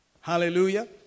Hallelujah